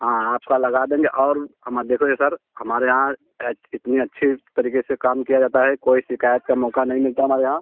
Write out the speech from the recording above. हाँ आपका लगा देंगे और हमारा देखो यह सर हमारे यहाँ इतने अच्छी तरीके से काम किया जाता है कोई शिकायत का मौका नहीं मिलता हमारे यहाँ